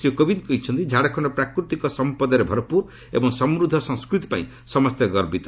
ଶ୍ରୀ କୋବିନ୍ଦ କହିଛନ୍ତି ଝାଡ଼ଖଣ୍ଡ ପ୍ରାକୃତିକ ସମ୍ପଦରେ ଭରପୁର ଏବଂ ସମୃଦ୍ଧ ସଂସ୍କୃତି ପାଇଁ ସମସ୍ତେ ଗର୍ବିତ